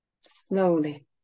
slowly